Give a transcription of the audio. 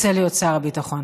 רוצה להיות שר הביטחון,